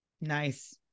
nice